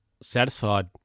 satisfied